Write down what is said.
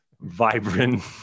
vibrant